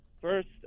First